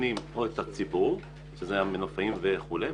שמסכנים את הציבור כמו המנופאים וכולי,